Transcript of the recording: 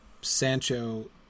Sancho